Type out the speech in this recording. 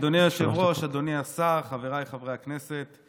אדוני היושב-ראש, אדוני השר, חבריי חברי הכנסת,